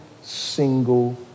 single